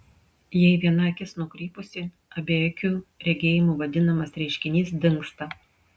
jei viena akis nukrypusi abiakiu regėjimu vadinamas reiškinys dingsta